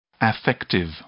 Affective